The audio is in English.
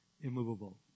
immovable